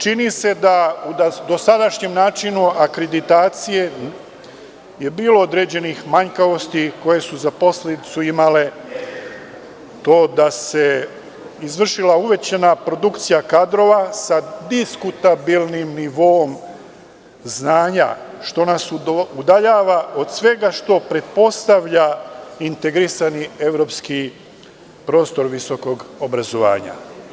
Čini se da u dosadašnjem načinu akreditacije je bilo određenih manjkavosti koje su za posledicu imale to da se izvršila uvećana produkcija kadrova sa diskutabilnim nivoom znanja, što nas udaljava od svega što pretpostavlja integrisani evropski prostor visokog obrazovanja.